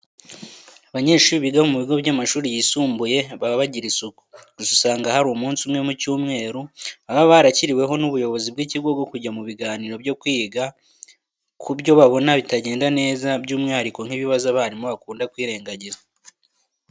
Abanyeshuri biga mu bigo by'amashuri yisumbuye baba bagira isuku. Gusa usanga hari umunsi umwe mu cyumweru baba barashyiriweho n'ubuyobozi bw'ikigo wo kujya mu biganiro byo kwiga ku byo babona bitagenda neza, by'umwuhariko nk'ibibazo abarimu bakunda kwirengagiza.